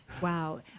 wow